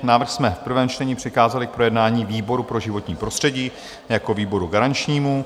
Návrh jsme v prvém čtení přikázali k projednání výboru pro životní prostředí jako výboru garančnímu.